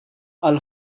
għall